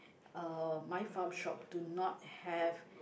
uh my farm shop do not have